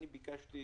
ביקשתי